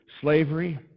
slavery